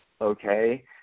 okay